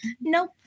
Nope